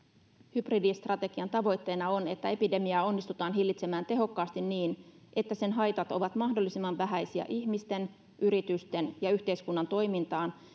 hybridistrategian tavoitteena on että epidemiaa onnistutaan hillitsemään tehokkaasti niin että sen haitat ovat mahdollisimman vähäisiä ihmisten yritysten ja yhteiskunnan toiminnan